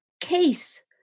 case